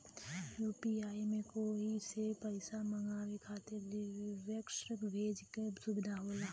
UPI में कोई से पइसा मंगवाये खातिर रिक्वेस्ट भेजे क सुविधा होला